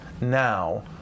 now